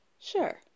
sure